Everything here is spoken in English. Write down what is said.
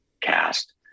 cast